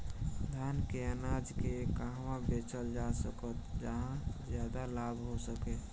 धान के अनाज के कहवा बेचल जा सकता जहाँ ज्यादा लाभ हो सके?